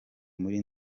muri